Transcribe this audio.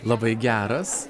labai geras